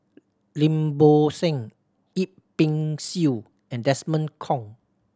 Lim Bo Seng Yip Pin Xiu and Desmond Kon